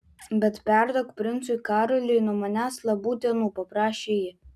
bet perduok princui karoliui nuo manęs labų dienų paprašė ji